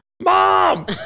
Mom